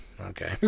Okay